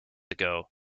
ago